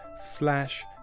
slash